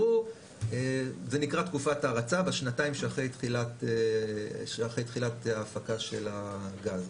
זה נקרא תקופת הרצה בשנתיים שאחרי תחילת ההפקה של הגז.